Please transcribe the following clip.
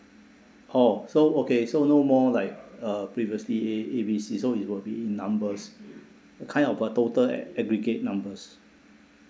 oh so okay so no more like uh previously a a b c so it will be in numbers kind of uh total ag~ aggregate numbers